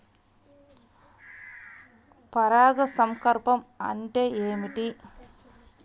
పరాగ సంపర్కం అంటే ఏమిటి?